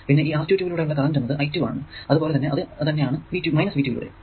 പിന്നെ ഈ R22 ലൂടെ ഉള്ള കറന്റ് എന്നത് i2 ആണ് അത് പോലെ അത് തന്നെ ആണ് V2 ലൂടെയും